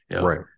Right